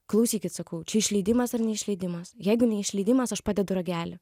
klausykit sakau čia išleidimas ar neišleidimas jeigu neišleidimas aš padedu ragelį